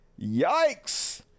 yikes